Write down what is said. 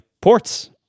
ports